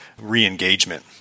re-engagement